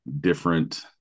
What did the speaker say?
different